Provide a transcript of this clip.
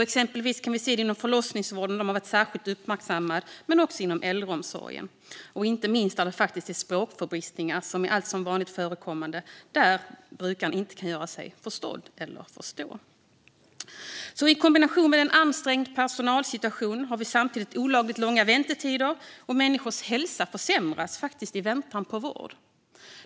Exempelvis förlossningsvården har varit särskilt uppmärksammad men också äldreomsorgen, där inte minst språkförbistringar är alltför vanligt förekommande när brukaren inte kan göra sig förstådd eller förstå. I kombination med en ansträngd personalsituation har vi samtidigt olagligt långa väntetider, och människors hälsa försämras i väntan på vård.